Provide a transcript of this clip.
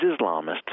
Islamists